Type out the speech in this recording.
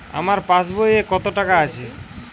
আমার পাসবই এ কত টাকা আছে?